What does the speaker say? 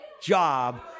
job